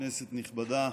כנסת נכבדה,